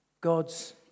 God's